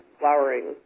flowering